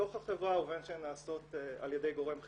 בתוך החברה ובין שהן נעשות על ידי גורם חיצוני.